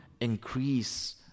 increase